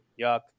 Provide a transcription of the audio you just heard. Yuck